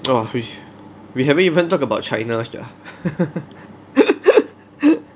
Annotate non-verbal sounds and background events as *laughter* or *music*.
!wah! fish we haven't even talk about china sia *laughs*